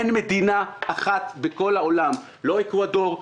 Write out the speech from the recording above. אין מדינה אחת בכל העולם לא אקוודור,